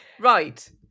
Right